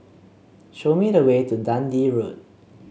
show me the way to Dundee Road